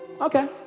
Okay